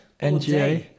NGA